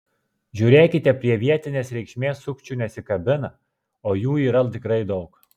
žiūrėkite prie vietinės reikšmės sukčių nesikabina o jų yra tikrai daug